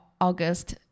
August